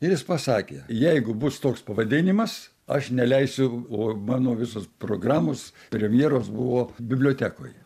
ir jis pasakė jeigu bus toks pavadinimas aš neleisiu o mano visos programos premjeros buvo bibliotekoje